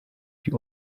die